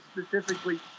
specifically